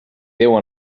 déu